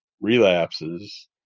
relapses